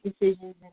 decisions